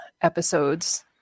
episodes